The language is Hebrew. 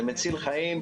זה מציל חיים.